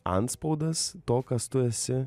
antspaudas to kas tu esi